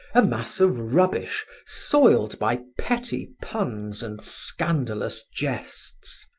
a mass of rubbish, soiled by petty puns and scandalous jests.